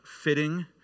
fitting